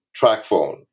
TrackPhone